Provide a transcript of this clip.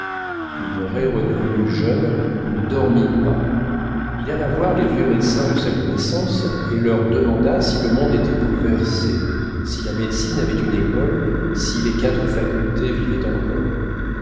minoret redevenu jeune ne dormit pas il alla voir les vieux médecins de sa connaissance et leur demanda si le monde était bouleversé si la médecine avait une école si les quatre facultés vivaient encore